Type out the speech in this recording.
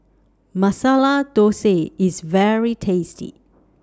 Masala Thosai IS very tasty